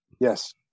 Yes